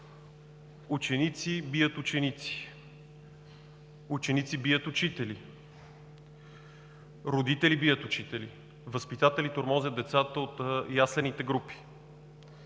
ученици бият ученици, ученици бият учители, родители бият учители, възпитатели тормозят децата от яслените групи.